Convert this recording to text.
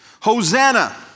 Hosanna